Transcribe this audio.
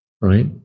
right